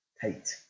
Tight